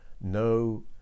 no